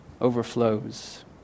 overflows